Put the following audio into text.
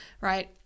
right